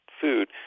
food